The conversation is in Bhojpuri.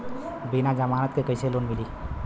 बिना जमानत क कइसे लोन मिली?